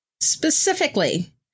Specifically